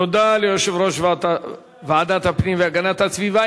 תודה ליושב-ראש ועדת הפנים והגנת הסביבה.